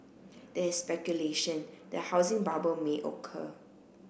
there is speculation that housing bubble may occur